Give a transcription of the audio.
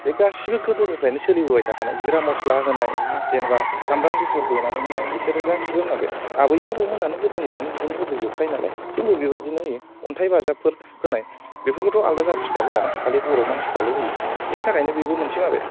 बे गासिबो गोदोनिफ्रायनो सोलिबोबाय थाखानाय जिरा मस्ला होनाय जेनेबा सामब्राम गुफुर देनानै होनाय बेसोरो गासिबो माबा आबै आबौमोनानो गोदोनिफ्राय बिदिनो होबोजोबखायो नालाय जोंबो बेबादिनो होयो अन्थाइ बाजाबफोर होनाय बेफोरखौथ' आलादा हारिफोरा होआ ना खालि बर' मानसिफोराल' होयो बेनि थाखायनो बेबो मोनसे